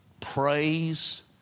praise